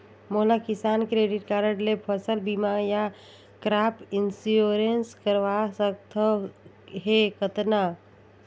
मोला Kisan credit card ले फसल बीमा या क्रॉप इंश्योरेंस करवा सकथ हे कतना?